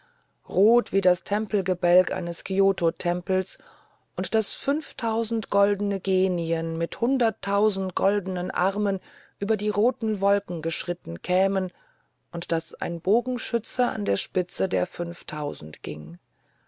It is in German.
rot wie das tempelgebälk eines kiototempels und daß fünftausend goldene genien mit hunderttausend goldenen armen über die roten wolken geschritten kämen und daß ein bogenschütze an der spitze der fünftausend ginge